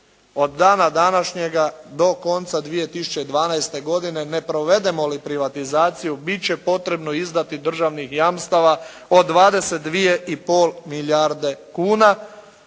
od dana današnjega do konca 2012. godine ne provedemo li privatizaciju bit će potrebno izdati državnih jamstava od 22 i pol milijarde kuna,